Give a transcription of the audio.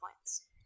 points